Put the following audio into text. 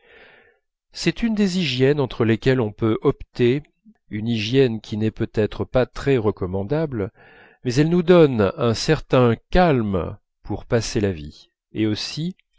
c'est une des hygiènes entre lesquelles on peut opter une hygiène qui n'est peut-être pas très recommandable mais elle nous donne un certain calme pour passer la vie et aussi